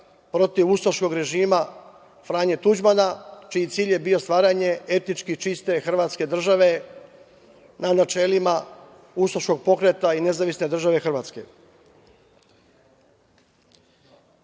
protiv ustaškog režima Franje Tuđmana čiji je cilj bio stvaranja etički čiste Hrvatske države, na načelima ustaškog pokreta i nezavisne države Hrvatske. Krajiški